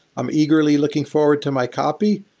i'm eagerly looking forward to my copy.